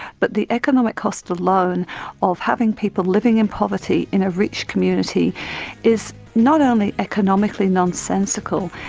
but the economic cost alone of having people living in poverty in a rich community is not only economically nonsensical,